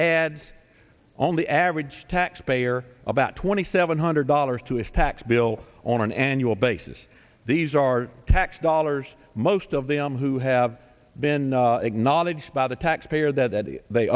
adds on the average taxpayer about twenty seven hundred dollars to his tax bill on an annual basis these are tax dollars most of them who have been acknowledged by the taxpayer that th